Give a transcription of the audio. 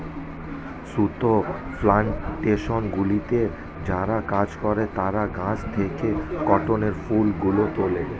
সুতো প্ল্যানটেশনগুলিতে যারা কাজ করে তারা গাছ থেকে কটনের ফুলগুলো তোলে